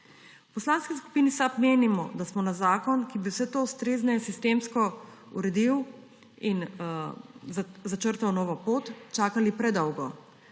V Poslanski skupini SAB menimo, da smo na zakon, ki bi vse to ustrezneje sistemsko uredil in začrtal novo pot, čakali predolgo.